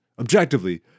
objectively